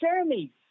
Jeremy